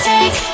Take